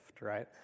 right